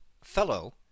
fellow